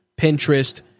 Pinterest